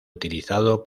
utilizado